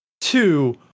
Two